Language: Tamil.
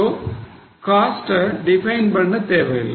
சோ காஸ்ட டிஃபைன் பண்ண தேவையில்லை